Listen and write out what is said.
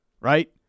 right